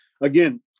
again